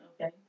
Okay